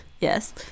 Yes